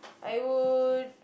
I would